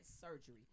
surgery